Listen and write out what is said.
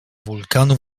wulkanu